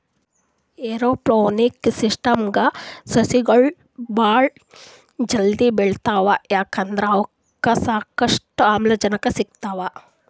aeroponics ಸಿಸ್ಟಮ್ದಾಗ್ ಸಸಿಗೊಳ್ ಭಾಳ್ ಜಲ್ದಿ ಬೆಳಿತಾವ್ ಯಾಕಂದ್ರ್ ಅವಕ್ಕ್ ಸಾಕಷ್ಟು ಆಮ್ಲಜನಕ್ ಸಿಗ್ತದ್